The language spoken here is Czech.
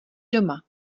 doma